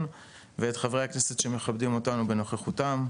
ואת חברי הכנסת שמכבדים אותנו בנוכחותם,